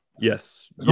Yes